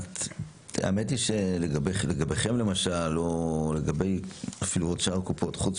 האמת היא שלגביכם למשל או לגבי אפילו שאר הקופות חוץ